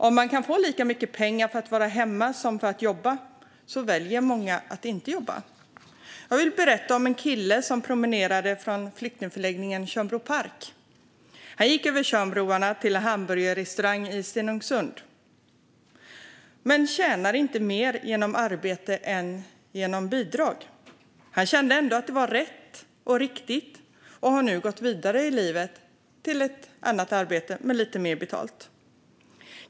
Om man kan få lika mycket pengar för att vara hemma som för att jobba väljer många att inte jobba. Jag vill berätta om en kille som promenerade från flyktingförläggningen Tjörnbro park över Tjörnbroarna till ett arbete på en hamburgerrestaurang i Stenungsund. Han tjänade inte mer på att arbeta än att få bidrag. Men han kände ändå att det var rätt och riktigt och har nu gått vidare i livet till ett annat arbete som ger lite mer betalt.